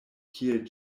kiel